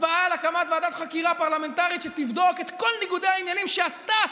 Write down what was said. הצבעה על הקמת ועדת חקירה פרלמנטרית שתבדוק את כל ניגודי העניינים שאתה,